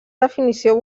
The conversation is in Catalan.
definició